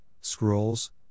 scrolls